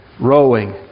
rowing